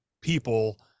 people